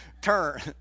turn